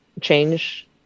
change